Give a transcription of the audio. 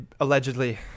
Allegedly